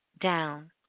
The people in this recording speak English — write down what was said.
down